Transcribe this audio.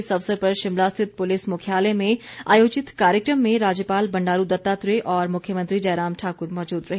इस अवसर पर शिमला स्थित पुलिस मुख्यालय में आयोजित कार्यक्रम में राज्यपाल बंडारू दत्तात्रेय और मुख्यमंत्री जयराम ठाकुर मौजूद रहे